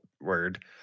word